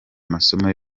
amasomo